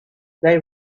they